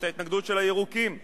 את ההתנגדות של הירוקים לחוק,